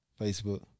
Facebook